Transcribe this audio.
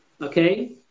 okay